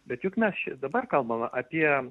bet juk mes čia dabar kalbame apie